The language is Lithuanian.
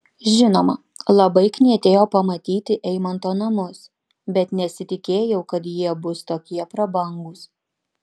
žinoma labai knietėjo pamatyti eimanto namus bet nesitikėjau kad jie bus tokie prabangūs